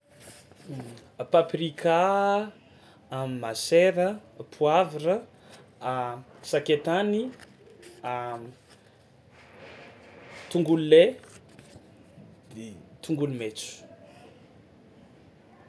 Paprika, a masera, poavra, sakay tany, tongolo lay de tongolo maitso.